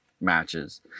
matches